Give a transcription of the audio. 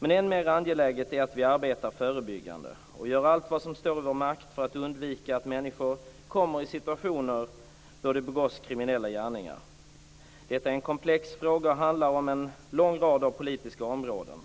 Men än mer angeläget är att vi arbetar förebyggande och gör allt vad som står i vår makt för att undvika att människor kommer i situationer där det begås kriminella handlingar. Detta är en komplex fråga och handlar om en lång rad av politiska områden.